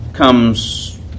comes